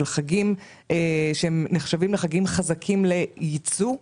של חגים שנחשבים כחגים חזקים לייצוא.